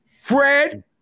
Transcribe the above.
Fred